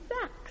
sex